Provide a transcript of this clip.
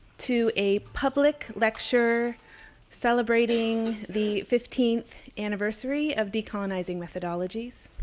to a public lecture celebrating the fifteenth anniversary of decolonizing methodologies